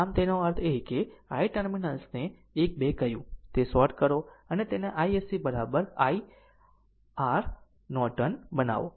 આમ તેનો અર્થ એ કે i ટર્મિનલને 1 2 કહ્યું તે શોર્ટ કરો અને તેને iSC r iNorton બનાવો